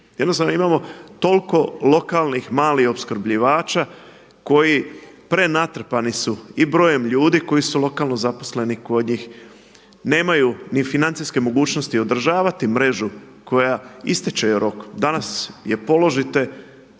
jednostavno imamo toliko lokalnih, malih opskrbljivača koji prenatrpani su i brojem ljudi koji su lokalno zaposleni kod njih, nemaju ni financijske mogućnosti održavati mrežu koja ističe joj rok, danas je položite,